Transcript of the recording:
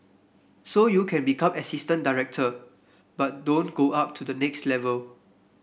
so you can become assistant director but don't go up to the next level